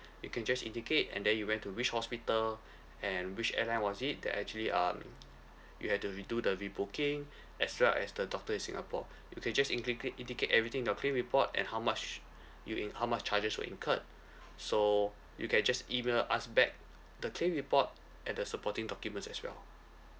you can just indicate and then you went to which hospital and which airline was it that actually um you had to redo the rebooking as well as the doctor in singapore you can just indicate indicate everything in your claim report and how much sh~ you in~ how much charges were incurred so you can just email us back the claim report and the supporting documents as well